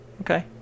Okay